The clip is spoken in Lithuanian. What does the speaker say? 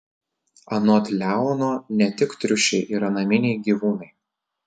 anot leono ne tik triušiai yra naminiai gyvūnai